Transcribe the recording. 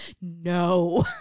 no